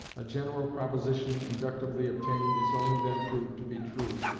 a general proposition inductively obtained is only then proved to be true,